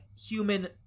human